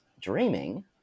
dreaming